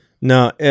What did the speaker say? No